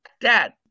dad